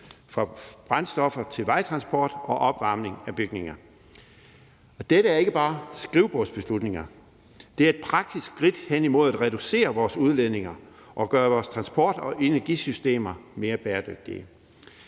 fra brændstoffer til vejtransport og opvarmning af bygninger. Dette er ikke bare skrivebordsbeslutninger. Det er et praktisk skridt hen imod at reducere vores udledninger og gøre vores transport og energisystemer mere bæredygtige.